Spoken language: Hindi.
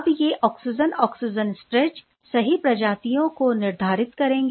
अब ये ऑक्सीजन ऑक्सीजन स्ट्रेच सही प्रजातियों को निर्धारित करेंगे